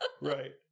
Right